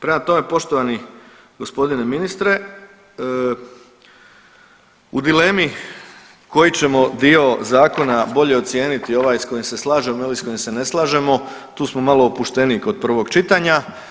Prema tome, poštovani g. ministre u dilemi koji ćemo dio zakona bolje ocijeniti ovaj s kojim se slažemo ili s kojim se ne slažemo tu smo malo opušteniji kod prvog čitanja.